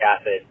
acid